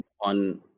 on